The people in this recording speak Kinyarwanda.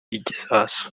igisasu